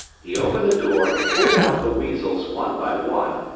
he opened the door, pulled out the weasels one by one,